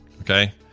okay